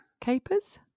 Capers